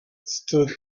stood